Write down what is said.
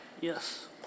Yes